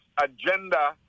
agenda